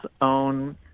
own